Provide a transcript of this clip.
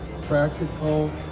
practical